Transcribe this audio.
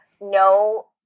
no